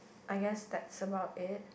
I guess that's about it